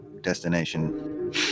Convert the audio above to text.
destination